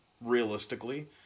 Realistically